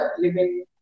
living